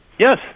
Yes